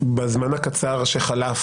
בזמן הקצר שחלף